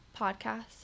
podcast